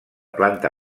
planta